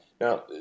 Now